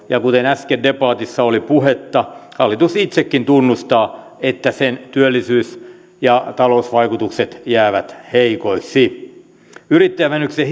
ja kuten äsken debatissa oli puhetta hallitus itsekin tunnustaa että sen työllisyys ja talousvaikutukset jäävät heikoiksi yrittäjävähennyksen